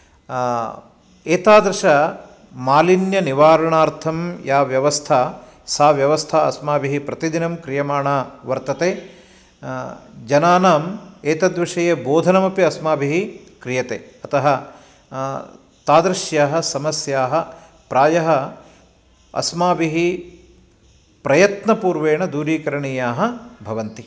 एतादृशमालिन्यनिवारणार्थं या व्यवस्था सा व्यवस्था अस्माभिः प्रतिदिनम् क्रियमाणा वर्तते जनानाम् एतद्विषये बोधनमपि अस्माभिः क्रियते अतः तादृशसमस्याः प्रायः अस्माभिः प्रयत्नपूर्वेण दूरीकरणीयाः भवन्ति